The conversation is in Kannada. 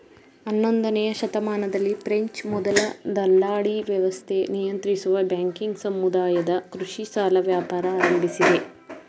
ಹನ್ನೊಂದನೇಯ ಶತಮಾನದಲ್ಲಿ ಫ್ರೆಂಚ್ ಮೊದಲ ದಲ್ಲಾಳಿವ್ಯವಸ್ಥೆ ನಿಯಂತ್ರಿಸುವ ಬ್ಯಾಂಕಿಂಗ್ ಸಮುದಾಯದ ಕೃಷಿ ಸಾಲ ವ್ಯಾಪಾರ ಆರಂಭಿಸಿದೆ